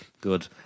Good